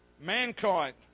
mankind